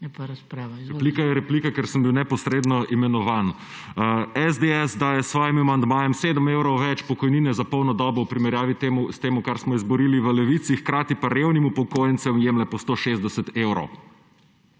Replika je replika, ker sem bil neposredno imenovan. SDS daje s svojim amandmajem 7 evrov več pokojnine za polno dobo v primerjavi s tem, kar smo izborili v Levici, hkrati pa revnim upokojencem jemlje po 160 evrov.